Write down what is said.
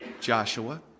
Joshua